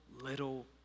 little